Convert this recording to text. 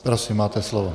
Prosím, máte slovo.